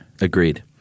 Agreed